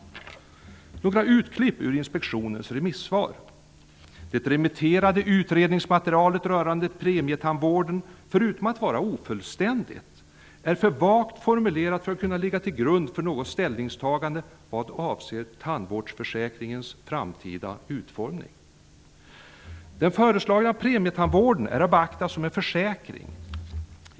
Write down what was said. Några urklipp ur inspektionens remissvar: -- Det remitterade utredningsmaterialet rörande premietandvården, förutom att vara ofullständigt, är för vagt formulerat för att kunna ligga till grund för något ställningstagande vad avser tandvårdsförsäkringens framtida utformning. -- Den föreslagna premietandvården är att betrakta som en försäkring.